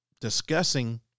discussing